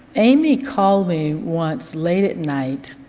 amy called me once late at night